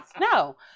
No